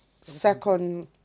Second